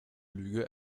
lüge